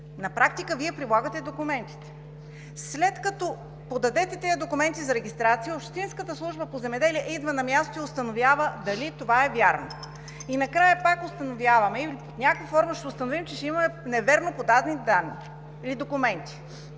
На практика Вие прилагате документите. След като подадете тези документи за регистрация, общинската служба по земеделие идва на място и установява дали това е вярно. И накрая пак установяваме, под някаква форма ще установим, че ще има невярно подадени данни или документи.